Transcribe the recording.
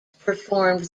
performed